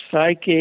psychic